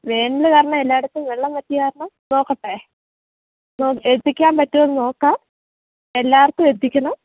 വേനൽ കാരണം എല്ലായിടത്തും വെള്ളം വറ്റിയത് കാരണം നോക്കട്ടെ എത്തിക്കാൻ പറ്റുമോ എന്ന് നോക്കാം എല്ലാവർക്കും എത്തിക്കണം